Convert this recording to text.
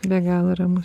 be galo ramus